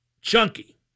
chunky